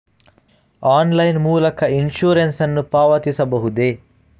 Online ಮೂಲಕ insurance ನ್ನು ಪಾವತಿಸಬಹುದೇ?